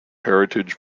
heritage